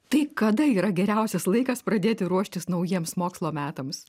tai kada yra geriausias laikas pradėti ruoštis naujiems mokslo metams